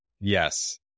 Yes